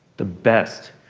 the best.